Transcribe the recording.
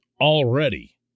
already